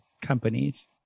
companies